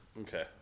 Okay